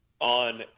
On